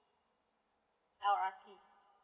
L_R_T